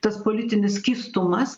tas politinis skystumas